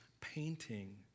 painting